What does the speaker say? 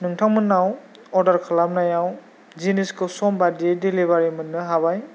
नोंथांमोननाव अर्डार खालामनायाव जिनिसखौ सम बादियै डेलिबारि मोननो हाबाय